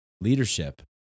leadership